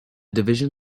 division